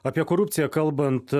apie korupciją kalbant